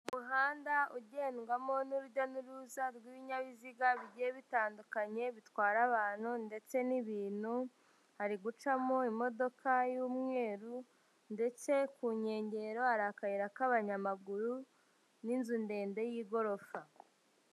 Umuhanda ugendwamo n'urujya n'uruza rw'ibinyabiziga bigiye bitandukanye bitwara abantu ndetse n'ibintu, hari gucamo imodoka y'umweru ndetse ku nkengero hari akayira k'abanyamaguru n'inzu ndende y'igorofa.